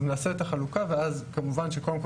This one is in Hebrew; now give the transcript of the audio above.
אז נעשה את החלוקה ואז כמובן שקודם כל